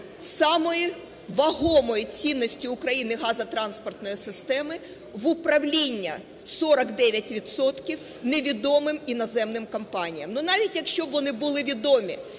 самої вагомої цінності України - газотранспортної системи в управління 49 відсотків невідомим іноземним компаніям. Ну, навіть якщо б вони були відомі,